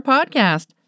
Podcast